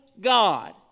God